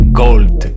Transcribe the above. gold